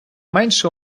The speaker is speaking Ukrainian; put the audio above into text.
менше